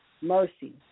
Mercy